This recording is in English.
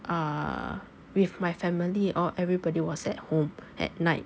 uh with my family or everybody was at home at night